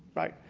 right?